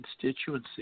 constituency